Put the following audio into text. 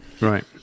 Right